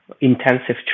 intensive